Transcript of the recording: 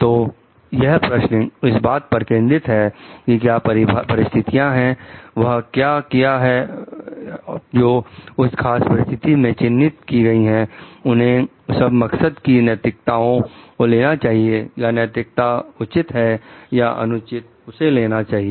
तो यह प्रश्न इस बात पर केंद्रित है कि क्या परिस्थितियां हैं वह क्या किए हैं जो उस खास परिस्थिति में चिन्हित की गई हैं उन्हीं सब मकसद की नैतिकताओं को लेना चाहिए या नैतिकता उचित है या अनुचित उसे लेना चाहिए